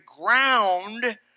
ground